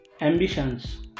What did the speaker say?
ambitions